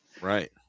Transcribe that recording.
right